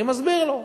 אני מסביר לו.